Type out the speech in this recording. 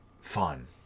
fun